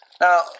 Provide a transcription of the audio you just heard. Now